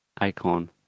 icon